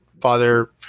father